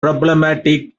problematic